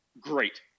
Great